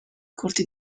corti